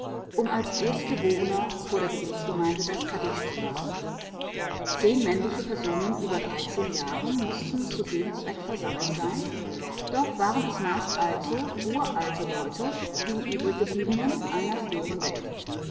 um als erstgeborener vor der gebetsgemeinde das kaddisch zu sagen zehn männliche personen über dreizehn jahren mußten zu dem zweck versammelt sein doch waren es meist alte uralte leute die übriggebliebenen einer früheren welt